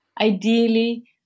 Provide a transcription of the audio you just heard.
ideally